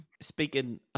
Speaking